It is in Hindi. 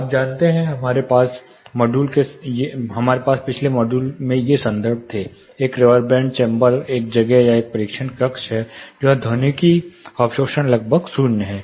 आप जानते हैं कि हमारे पास पिछले मॉड्यूल में ये संदर्भ थे एक रेवेरबेरेंट चैंबर एक जगह या एक परीक्षण कक्ष है जहां ध्वनिकी अवशोषण लगभग शून्य है